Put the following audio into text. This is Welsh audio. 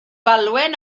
falwen